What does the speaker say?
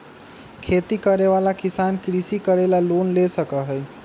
खेती करे वाला किसान कृषि करे ला लोन ले सका हई